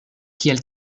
kiel